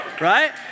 right